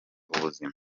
ubuzima